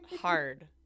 Hard